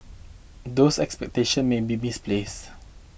those expectations may be misplaced